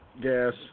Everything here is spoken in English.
gas